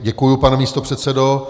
Děkuji, pane místopředsedo.